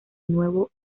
nuevo